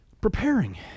preparing